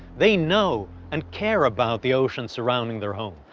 they know and care about the oceans surrounding their home,